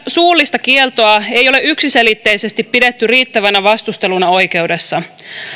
suullista kieltoa ei ole yksiselitteisesti pidetty riittävänä vastusteluna oikeudessa